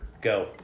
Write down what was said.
Go